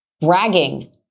bragging